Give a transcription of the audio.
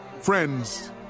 Friends